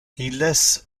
illes